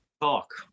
talk